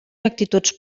actituds